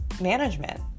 management